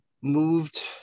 moved